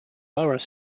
borough